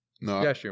no